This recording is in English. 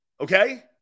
Okay